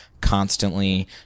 Constantly